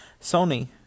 Sony